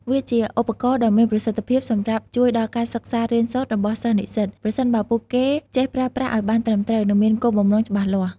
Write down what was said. វាជាឧបករណ៍ដ៏មានប្រសិទ្ធភាពសម្រាប់ជួយដល់ការសិក្សារៀនសូត្ររបស់សិស្សនិស្សិត ប្រសិនបើពួកគេចេះប្រើប្រាស់ឲ្យបានត្រឹមត្រូវ និងមានគោលបំណងច្បាស់លាស់។